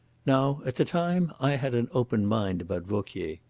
now at the time i had an open mind about vauquier.